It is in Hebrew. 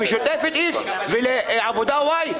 למשותפת איקס ולעבודה וואי.